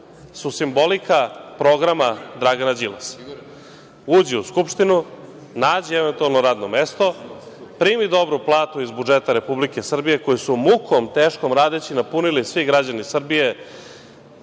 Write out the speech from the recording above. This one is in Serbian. su simbolika programa Dragana Đilasa. Uđe u Skupštinu, nađe eventualno radno mesto, primi dobru platu iz budžeta Republike Srbije, koju su mukom teškom, radeći, napunili svi građani Srbije,